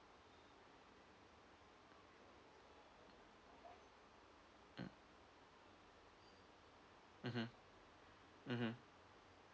mm mmhmm mmhmm